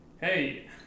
hey